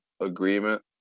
agreement